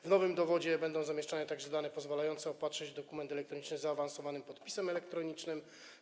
W nowym dowodzie będą zamieszczane także dane pozwalające opatrzyć dokument elektroniczny zaawansowanym podpisem elektronicznym.